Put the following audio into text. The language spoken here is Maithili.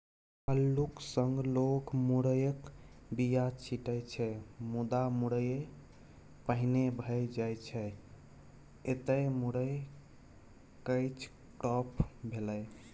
अल्लुक संग लोक मुरयक बीया छीटै छै मुदा मुरय पहिने भए जाइ छै एतय मुरय कैच क्रॉप भेलै